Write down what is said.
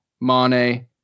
Mane